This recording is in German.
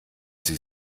sie